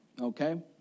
Okay